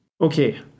Okay